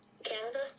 canada